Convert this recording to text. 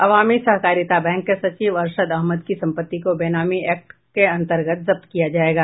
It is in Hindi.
अवामी सहकारिता बैंक के सचिव अरशद अहमद की संपत्ति को बेनामी एक्ट के अंतर्गत जब्त किया जायेगा